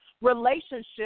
relationship